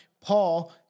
Paul